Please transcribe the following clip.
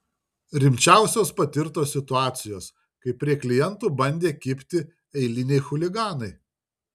rimčiausios patirtos situacijos kai prie klientų bandė kibti eiliniai chuliganai